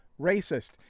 Racist